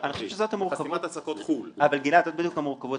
זאת בדיוק המורכבות.